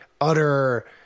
utter